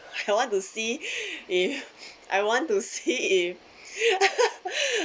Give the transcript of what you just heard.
I wanted to see if I want to see if